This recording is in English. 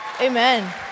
amen